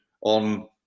on